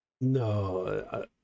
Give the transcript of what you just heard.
No